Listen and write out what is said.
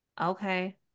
Okay